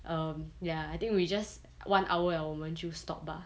um ya I think we just one hour liao 我们就 stop 吧